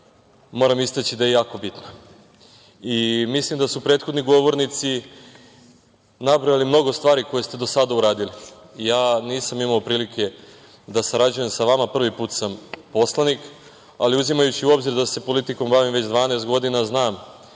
moram istaći da je jako bitna. Mislim da su prethodni govornici nabrojali mnogo stvari koje ste do sada uradili. Ja nisam imao prilike da sarađujem sa vama, prvi put sam poslanik, ali uzimajući u obzir da se politikom bavim već 12 godina, znam